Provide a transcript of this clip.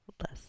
Less